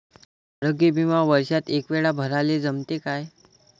आरोग्य बिमा वर्षात एकवेळा भराले जमते का?